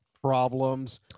problems